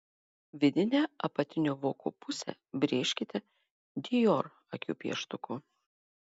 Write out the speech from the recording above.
vidinę apatinio voko pusę brėžkite dior akių pieštuku